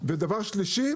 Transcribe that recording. דבר שלישי,